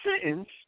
sentence